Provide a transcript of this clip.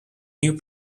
new